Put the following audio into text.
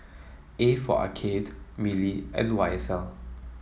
A for Arcade Mili and Y S L